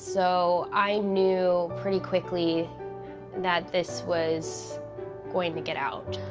so i knew pretty quickly that this was going to get out.